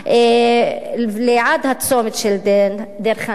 עד הצומת של דיר-חנא,